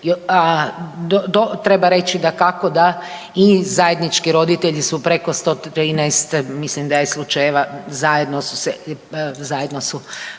Treba reći dakako da i zajednički roditelji su preko 113 mislim da je slučajeva zajedno su podnijeli